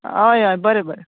हय हय बरें बरें